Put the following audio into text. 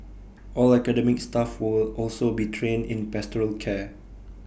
all academic staff will also be trained in pastoral care